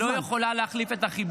מדינת ישראל לא יכולה להחליף את החיבוק,